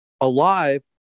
alive